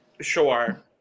Sure